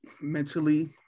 mentally